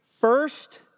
first